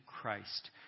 Christ